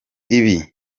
ibi